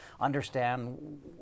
understand